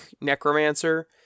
necromancer